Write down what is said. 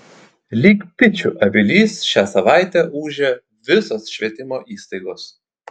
lyg bičių avilys šią savaitę ūžė visos švietimo įstaigos